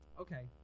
Okay